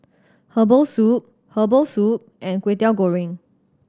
herbal soup herbal soup and Kwetiau Goreng